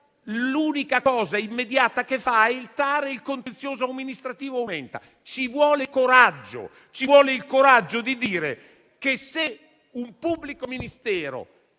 unica azione immediata il ricorso al TAR. E il contenzioso amministrativo aumenta. Ci vuole il coraggio di dire che, se un pubblico ministero